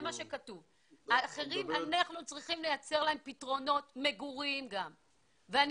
אנחנו צריכים לייצר להם פתרונות מגורים ואני